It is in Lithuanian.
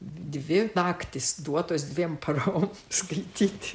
dvi naktys duotos dviem parom skaityti